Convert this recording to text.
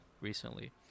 recently